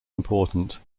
important